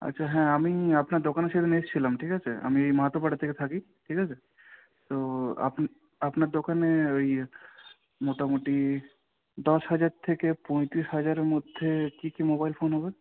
আচ্ছা হ্যাঁ আমি আপনার দোকানে সেদিন এসেছিলাম ঠিক আছে আমি ওই মাহাতো পাড়ার দিকে থাকি ঠিক আছে তো আপনি আপনার দোকানে ওই মোটামুটি দশ হাজার থেকে পঁইত্রিশ হাজারের মধ্যে কী কী মোবাইল ফোন হবে